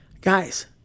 guys